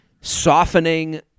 softening